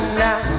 now